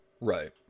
Right